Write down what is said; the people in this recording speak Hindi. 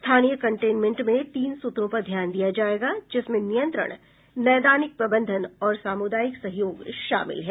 स्थानीय कंटेनमेंट में तीन सूत्रों पर ध्यान दिया जाएगा जिसमें नियंत्रण नैदानिक प्रबंधन और सामुदायिक सहयोग शामिल हैं